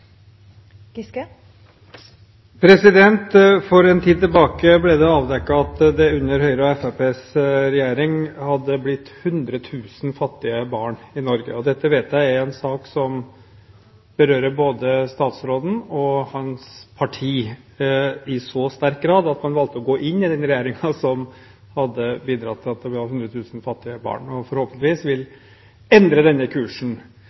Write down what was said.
replikkordskifte. For en tid tilbake ble det avdekket at det under Høyre–Fremskrittsparti-regjeringen har blitt 100 000 fattige barn i Norge. Dette vet jeg er en sak som berører både statsråden og hans parti i så sterk grad at man valgte å gå inn i denne regjeringen som har bidratt til at det har blitt 100 000 fattige barn, og forhåpentligvis vil de endre denne kursen.